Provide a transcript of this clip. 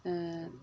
ओ